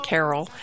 Carol